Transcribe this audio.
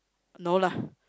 no lah